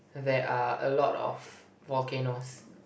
there are a lot of volcanoes